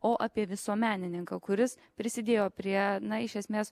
o apie visuomenininką kuris prisidėjo prie na iš esmės